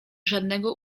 żadnego